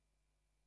2018,